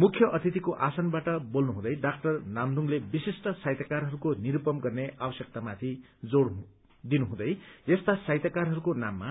मुख्य अतिथिको आसनबाट बोल्नुहुँदै डा नामदुङले विशिष्ट साहित्यकारहरूको निरूपम गर्ने आवश्यकता माथि जोड़ दिनुहुँदै यस्ता साहित्यकारहरूको नाममा